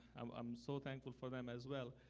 um um so thankful for them as well